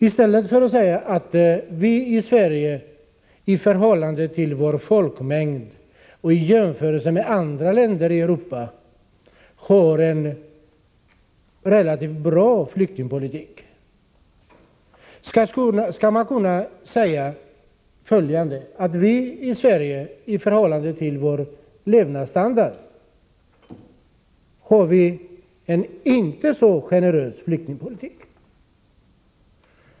I stället för att säga att vi i Sverige i förhållande till vår folkmängd och i jämförelse med andra länder i Europa har en relativt bra flyktingpolitik, kunde vi säga att vi i Sverige i förhållande till vår levnadsstandard har en inte så generös flyktingpolitik.